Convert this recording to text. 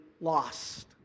lost